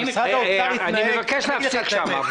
אני מבקש להפסיק שם.